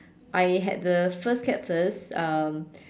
I had the first cat first um